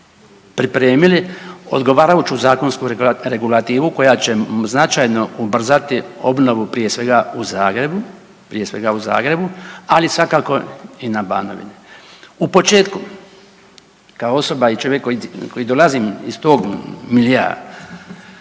pripremili odgovarajuću zakonsku regulativu koja će značajno ubrzati obnovu prije svega u Zagrebu, ali svakako i na Banovini. U početku kao osoba i čovjek koji dolazim iz tog miljea